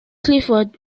clifford